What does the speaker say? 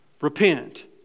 Repent